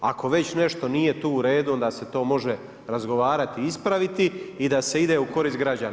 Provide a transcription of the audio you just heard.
Ako već nešto nije tu u redu onda se to može razgovarati, ispraviti i da se ide u korist građana.